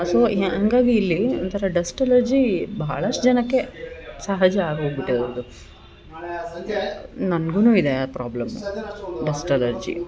so ಹ್ಯಾಂಗಾಗಿ ಇಲ್ಲಿಒಂಥರ dust allergy ಬಹಳಷ್ಟು ಜನಕ್ಕೆ ಸಹಜ ಆಗಿ ಹೋಗಿ ಬಿಟ್ಟಿರೋದು ನನ್ಗು ಇದೆ ಆ ಪ್ರಾಬ್ಲಮ್ ಡಸ್ಟ್ ಅಲರ್ಜಿ